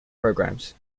programs